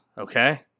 Okay